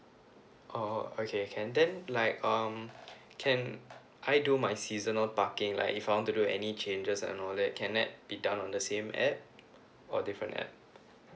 oh okay can then like um can I do my seasonal parking like if I want to do any changes and all that can that be done on the same A_P_P or different A_P_P